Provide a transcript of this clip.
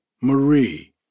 Marie